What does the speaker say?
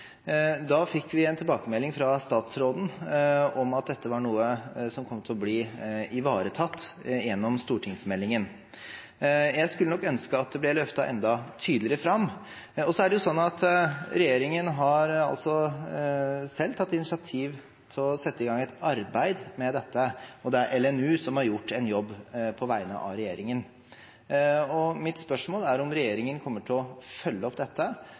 Da fikk vi en tilbakemelding fra statsråden om at dette var noe som kom til å bli ivaretatt i stortingsmeldingen. Jeg skulle nok ønsket at det ble løftet enda tydeligere fram. Så er det sånn at regjeringen har selv tatt initiativ til å sette i gang et arbeid med dette, og det er LNU som har gjort en jobb på vegne av regjeringen. Mitt spørsmål er om regjeringen kommer til å følge opp og teste dette